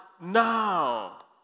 now